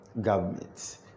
government